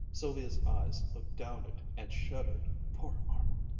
sylvia's eyes looked down it and shuddered. poor arnold!